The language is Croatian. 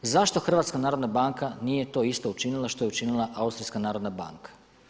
Zašto HNB nije to isto učinila što je učinila Austrijska narodna banka?